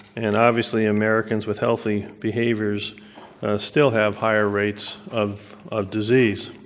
and obviously americans with healthy behaviors still have higher rates of of disease.